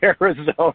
Arizona